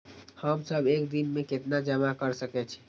हम सब एक दिन में केतना जमा कर सके छी?